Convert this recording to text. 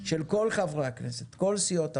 של כל חברי הכנסת מכל סיעות הבית,